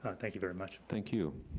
and thank you very much. thank you.